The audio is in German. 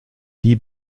die